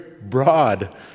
broad